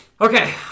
Okay